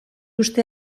uste